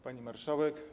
Pani Marszałek!